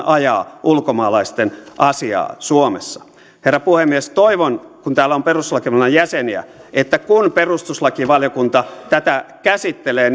ajaa ulkomaalaisten asiaa suomessa herra puhemies toivon kun täällä on perustuslakivaliokunnan jäseniä että kun perustuslakivaliokunta tätä käsittelee